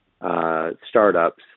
startups